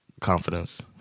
confidence